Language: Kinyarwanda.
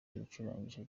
ibicurangisho